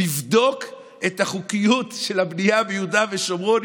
לבדוק את החוקיות של הבנייה ביהודה ושומרון,